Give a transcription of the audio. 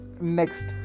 next